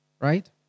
right